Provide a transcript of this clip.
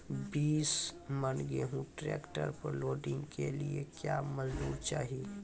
बीस मन गेहूँ ट्रैक्टर पर लोडिंग के लिए क्या मजदूर चाहिए?